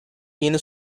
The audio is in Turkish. yeni